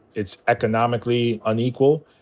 it's economically unequal.